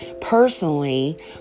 personally